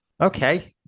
Okay